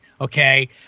Okay